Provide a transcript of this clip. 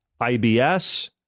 IBS